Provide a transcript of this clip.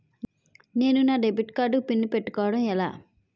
నేను నా debit card PIN పెట్టుకోవడం ఎలా?